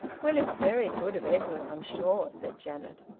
well, it's very good of edwin, i'm sure, said janet.